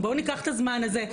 בואו ניקח את הזמן הזה,